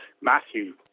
Matthew